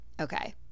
Okay